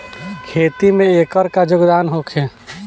खेती में एकर का योगदान होखे?